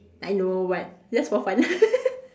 I know but just for fun